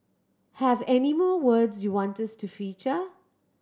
have any more words you want us to feature